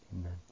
Amen